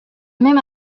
même